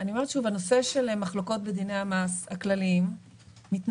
אני אומרת שוב: הנושא של מחלוקות בדיני המס הכלליים מתנהלות,